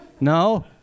No